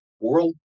world